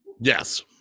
Yes